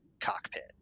cockpit